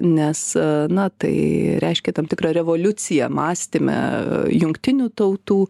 nes na tai reiškia tam tikrą revoliuciją mąstyme jungtinių tautų